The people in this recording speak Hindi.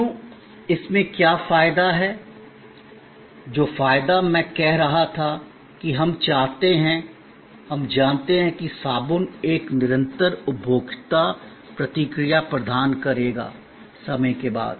क्यों इसमें क्या फायदा है जो फायदा मैं कह रहा था कि हम चाहते हैं हम जानते हैं कि साबुन एक निरंतर उपभोक्ता प्रतिक्रिया प्रदान करेगा समय के बाद